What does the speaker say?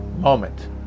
moment